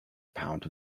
pound